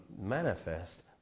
manifest